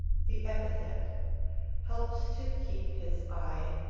the epithet helps to keep his eye,